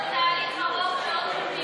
יש פה תהליך ארוך מאוד של